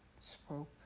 spoke